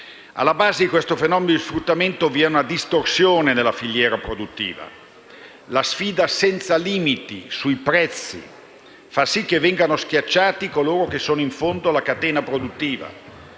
Alla base di questo fenomeno di sfruttamento vi è una distorsione della filiera produttiva: la sfida senza limiti sui prezzi fa sì che siano schiacciati coloro che sono in fondo alla catena produttiva.